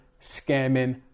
scamming